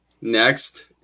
next